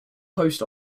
post